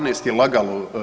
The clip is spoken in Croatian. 12 je lagalo.